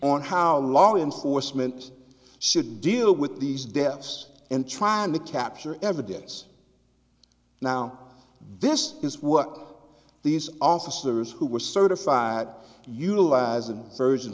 on how law enforcement should deal with these deaths and trying to capture evidence now this is what these officers who were certified utilizing version